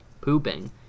pooping